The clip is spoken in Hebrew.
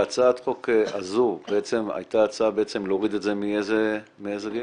בהצעת החוק הזו הייתה הצעה להוריד את זה מאיזה גיל?